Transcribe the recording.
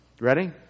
Ready